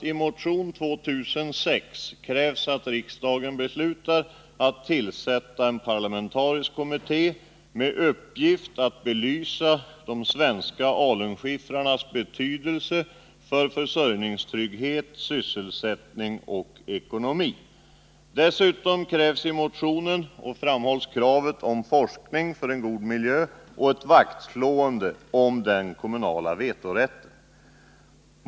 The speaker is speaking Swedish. I motion 2006 krävs nämligen att riksdagen beslutar att tillsätta en parlamentarisk kommitté med uppgift att belysa de svenska alunskiffrarnas betydelse för försörjningstrygghet, sysselsättning och ekonomi. Dessutom framhålls kravet på forskning för en god miljö och ett vaktslående om den kommunala vetorätten.